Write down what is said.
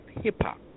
hip-hop